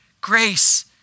grace